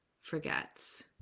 forgets